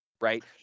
right